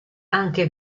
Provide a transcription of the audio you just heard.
anche